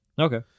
Okay